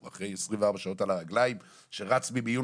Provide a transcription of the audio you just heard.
הוא אחרי 24 שעות על הרגליים שרץ מהמיון